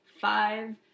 five